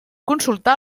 consultar